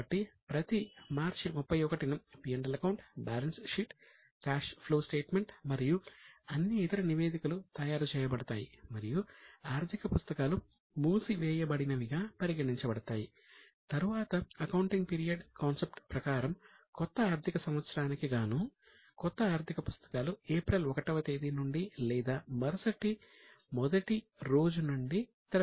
కాబట్టి ప్రతి మార్చి 31 న P L account balance sheet cash flow statement ప్రకారం కొత్త ఆర్థిక సంవత్సరానికిగానూ కొత్త ఆర్థిక పుస్తకాలు ఏప్రిల్ 1 వ తేదీ నుండి లేదా మరుసటి మొదటి రోజు నుండి తెరవబడతాయి